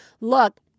Look